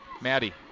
Maddie